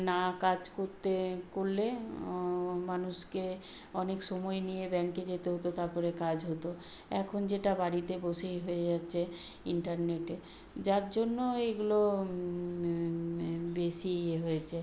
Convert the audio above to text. না কাজ করতে করলে ও মানুষকে অনেক সময় নিয়ে ব্যাংকে যেতে হতো তারপরে কাজ হতো এখন যেটা বাড়িতে বসেই হয়ে যাচ্ছে ইন্টারনেটে যার জন্য এইগুলো বেশি ইয়ে হয়েছে